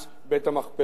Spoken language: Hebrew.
הממשלה.